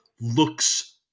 looks